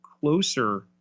closer